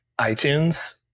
iTunes